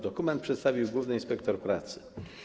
Dokument przedstawił główny inspektor pracy.